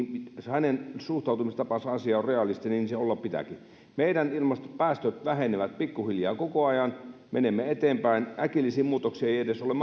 hänen suhtautumistapansa asiaan on realistinen ja niin se olla pitääkin meidän ilmastopäästömme vähenevät pikkuhiljaa koko ajan menemme eteenpäin äkillisiin muutoksiin ei edes ole